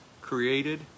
created